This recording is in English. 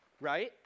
Right